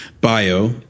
bio